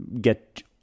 get